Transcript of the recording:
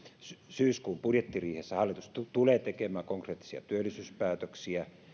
syyskuun budjettiriihessä hallitus tulee tekemään konkreettisia työllisyyspäätöksiä